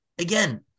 again